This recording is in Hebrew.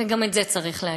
וגם את זה צריך להגיד,